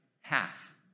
half